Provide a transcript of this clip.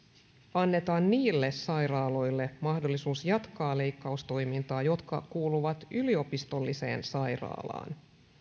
annetaan niille sairaaloille mahdollisuus jatkaa leikkaustoimintaa jotka kuuluvat yliopistolliseen sairaalaan